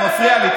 אתה מפריע לי.